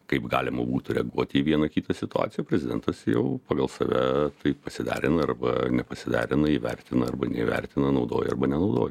kaip galima būtų reaguoti į vieną kitą situaciją prezidentas jau pagal save taip pasiderina arba nepasiderina įvertina arba neįvertina naudoja arba nenaudoja